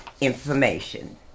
information